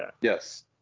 Yes